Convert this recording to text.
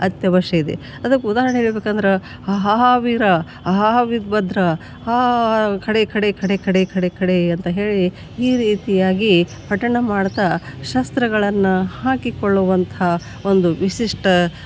ಅತ್ಯವಶ್ಯ ಇದೆ ಅದಕ್ಕೆ ಉದಾಹರಣೆ ಹೇಳ್ಬೆಕಂದ್ರೆ ಅಹಹ ವೀರ ಅಹಹ ವಿರ್ಭದ್ರ ಹಹಹ ಖಡೆ ಖಡೆ ಖಡೆ ಖಡೆ ಖಡೆ ಖಡೆ ಅಂತ ಹೇಳಿ ಈ ರೀತಿಯಾಗಿ ಪಠಣ ಮಾಡ್ತಾ ಶಸ್ತ್ರಗಳನ್ನು ಹಾಕಿಕೊಳ್ಳುವಂಥ ಒಂದು ವಿಶಿಷ್ಟ